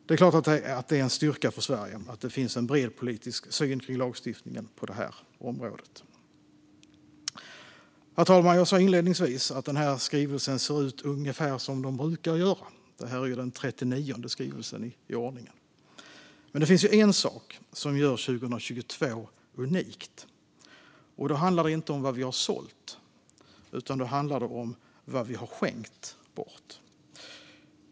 Det är klart att det är en styrka för Sverige att det finns en bred politisk samsyn om lagstiftningen på området. Herr talman! Jag sa inledningsvis att skrivelsen ser ut ungefär som de brukar göra. Det är den 39:e skrivelsen i ordningen. Men det finns en sak som gör 2022 unikt. Det handlar inte om vad vi har sålt utan om vad vi har skänkt bort.